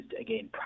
again